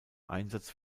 einsatz